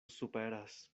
superas